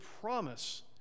promise